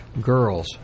girls